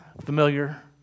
familiar